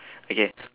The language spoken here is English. okay